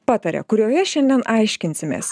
pataria kurioje šiandien aiškinsimės